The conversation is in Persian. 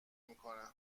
میکنه